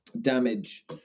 damage